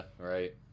right